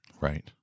Right